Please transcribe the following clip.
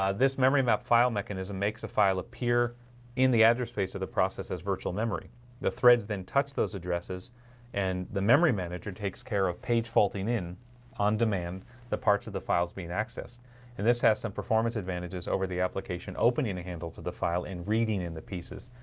ah this memory map file mechanism makes a file appear in the address space of the process as virtual memory the threads then touch those addresses and the memory manager takes care of page faulting in ondemand the parts of the files being accessed and this has some performance advantages over the application opening a handle to the file in reading in the pieces.